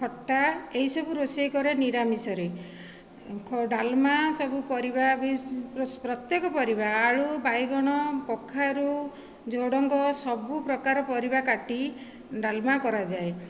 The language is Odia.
ଖଟା ଏଇସବୁ ରୋଷେଇ କରେ ନିରାମିଷରେ ଡାଲମା ସବୁ ପରିବା ବି ପ୍ରତ୍ୟେକ ପରିବା ଆଳୁ ବାଇଗଣ କଖାରୁ ଝୁଡ଼ଙ୍ଗ ସବୁପ୍ରକାର ପରିବା କାଟି ଡାଲମା କରାଯାଏ